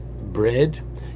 bread